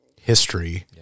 history